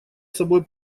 собой